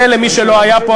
למי שלא היה פה,